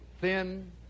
thin